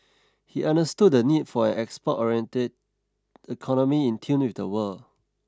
he understood the need for an export oriented economy in tune with the world